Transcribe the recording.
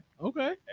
okay